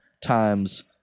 times